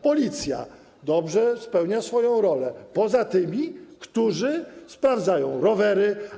Policja - dobrze, spełnia swoją rolę, poza tymi, którzy sprawdzają rowery.